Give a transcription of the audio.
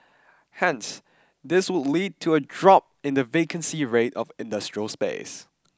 hence this would lead to a drop in the vacancy rate of industrial space